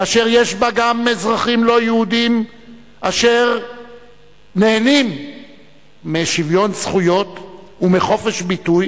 ואשר יש בה גם אזרחים לא יהודים אשר נהנים משוויון זכויות ומחופש ביטוי,